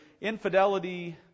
infidelity